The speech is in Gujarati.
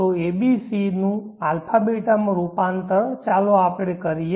તો abc નું α β માં રૂપાંતરણ ચાલો આપણે આ કરીએ